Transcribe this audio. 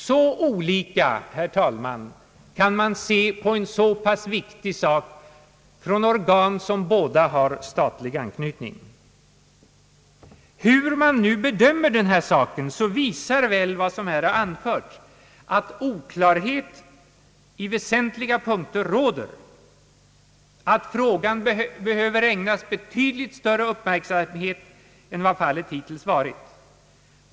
Så olika kan man se på en så pass viktig sak. Hur man nu bedömer den här saken, så visar väl vad som här anförts att oklarhet råder i väsentliga punkter och att frågan behöver ägnas betydligt större uppmärksamhet än vad fallet hittills varit.